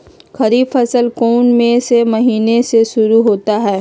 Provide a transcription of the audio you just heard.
खरीफ फसल कौन में से महीने से शुरू होता है?